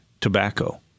tobacco